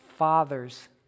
Fathers